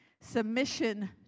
Submission